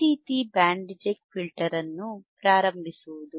ಈ ರೀತಿ band reject filter ಅನ್ನು ಪ್ರಾರಂಭಿಸುವುದು